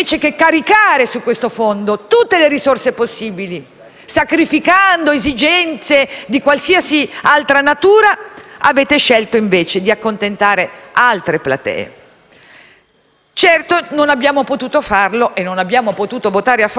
sacrificando esigenze di qualsiasi altra natura, avete scelto di accontentare altre platee. Certo, non abbiamo potuto votare a favore, esprimendo nettamente la nostra contrarietà,